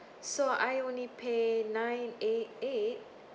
so I only pay nine eight eight